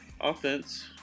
offense